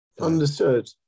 Understood